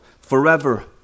forever